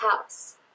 house